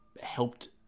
helped